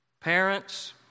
parents